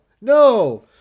No